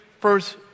first